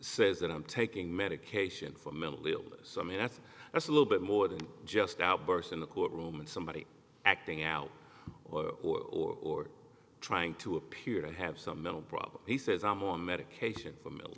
says that i'm taking medication for mental illness i mean that's that's a little bit more than just outbursts in a court room and somebody acting out or trying to appear to have some mental problem he says i'm on medication for